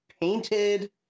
painted